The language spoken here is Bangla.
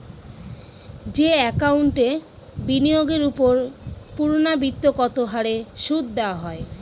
যে একাউন্টে বিনিয়োগের ওপর পূর্ণ্যাবৃত্তৎকত হারে সুদ দেওয়া হয়